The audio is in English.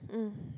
mm